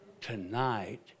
Tonight